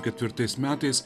ketvirtais metais